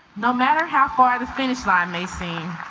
no matter how far the finish line may seem